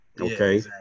Okay